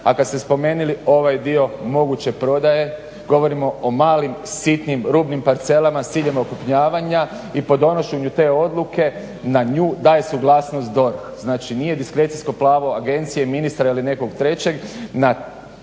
a kad ste spomenuli ovaj dio moguće prodaje, govorimo o malim sitnim rubnim parcelama s ciljem otkupljivanja i po donošenju te odluke na nju daje suglasnost DORH. Znači nije diskrecijsko pravo agencije, ministra ili nekog trećeg.